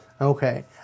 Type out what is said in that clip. Okay